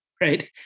right